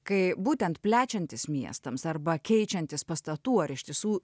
kai būtent plečiantis miestams arba keičiantis pastatų ar ištisų